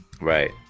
Right